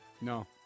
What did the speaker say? No